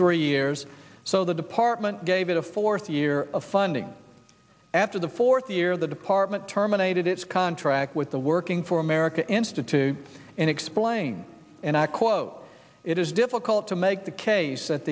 three years so the department gave it a fourth year of funding after the fourth year the department terminated its contract with the working for america institute and explain and i quote it is difficult to make the case that